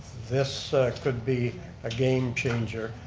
this could be a game-changer,